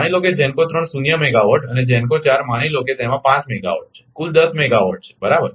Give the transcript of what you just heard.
માની લો કે GENCO 3 શૂન્ય મેગાવોટ અને GENCO 4 માની લો કે તેમાં 5 મેગાવાટ છે કુલ 10 મેગાવાટ છે બરાબર